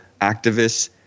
activists